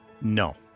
No